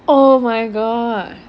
oh my god